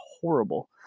horrible